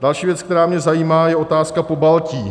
Další věc, která mě zajímá, je otázka Pobaltí.